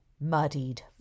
muddied